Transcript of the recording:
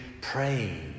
pray